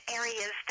areas